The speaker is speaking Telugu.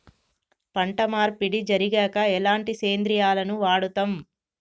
పంట మార్పిడి జరిగాక ఎలాంటి సేంద్రియాలను వాడుతం?